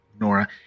Nora